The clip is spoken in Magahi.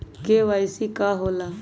के.वाई.सी का होला?